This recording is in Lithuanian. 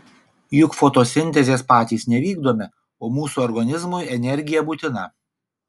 juk fotosintezės patys nevykdome o mūsų organizmui energija būtina